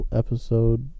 episode